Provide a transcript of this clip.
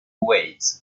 wait